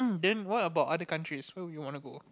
then what about other countries where would you wanna go